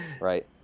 right